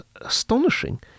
astonishing